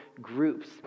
groups